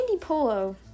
Polo